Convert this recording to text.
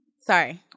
Sorry